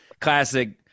classic